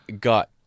got